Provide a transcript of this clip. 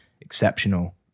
exceptional